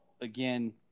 again